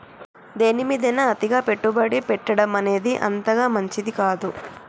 దేనిమీదైనా అతిగా పెట్టుబడి పెట్టడమనేది అంతగా మంచిది కాదు